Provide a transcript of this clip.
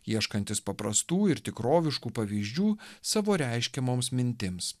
ieškantis paprastų ir tikroviškų pavyzdžių savo reiškiamoms mintims